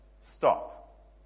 stop